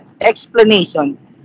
explanation